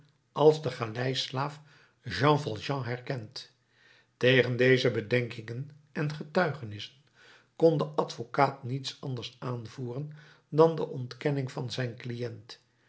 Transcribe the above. als den galeislaaf jean valjean herkend tegen deze bedenkingen en getuigenissen kon de advocaat niets anders aanvoeren dan de ontkenning van zijn cliënt